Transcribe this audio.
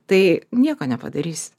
tai nieko nepadarys